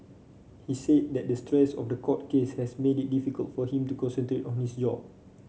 he said that the stress of the court case has made it difficult for him to on his job